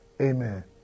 Amen